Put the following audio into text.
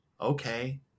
Okay